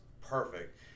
perfect